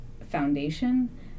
foundation